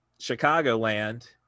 Chicagoland